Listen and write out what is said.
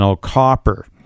copper